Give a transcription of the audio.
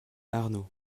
arnaud